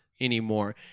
anymore